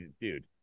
dude